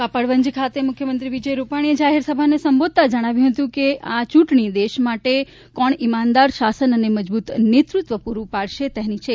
કપડવંજ ખાતે મુખ્યમંત્રી વિજયભાઈ રૂપાણીએ જાહેરસભાને સંબોધતા જણાવ્યું હતું કે આ ચૂંટણી દેશને કોણ ઇમાનદાર સાસન અને મજબૂત નેતૃત્વ પુરૂં પાડશે તેની છે